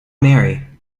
marry